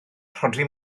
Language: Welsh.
rhodri